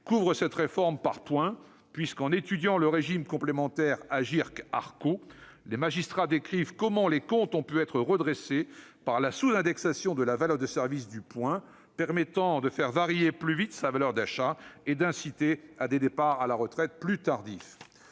qu'ouvre cette réforme par points. En étudiant le régime complémentaire Agirc-Arrco, les magistrats décrivent comment les comptes ont été redressés grâce à la sous-indexation de la valeur de service du point, permettant de faire varier plus vite sa valeur d'achat et d'inciter à des départs à la retraite plus tardifs.